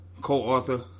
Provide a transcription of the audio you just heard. co-author